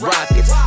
Rockets